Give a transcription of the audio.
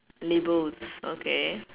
labels okay